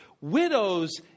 Widows